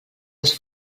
els